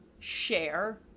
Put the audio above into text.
share